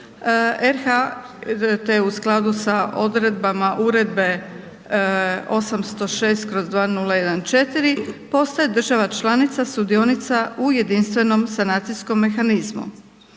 RH te u skladu sa odredbama Uredbe 806/2014 postaje država članica sudionica u Jedinstvenom sanacijskom mehanizmu.